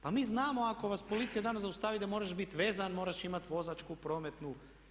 Pa mi znamo ako vas policija danas zaustavi da moraš biti vezan, moraš imati vozačku, prometnu.